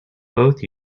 both